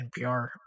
NPR